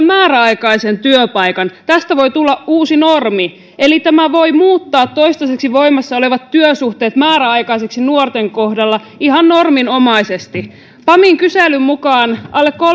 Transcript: määräaikaisen työpaikan tästä voi tulla uusi normi eli tämä voi muuttaa toistaiseksi voimassa olevat työsuhteet määräaikaisiksi nuorten kohdalla ihan norminomaisesti pamin kyselyn mukaan alle kolmekymmentä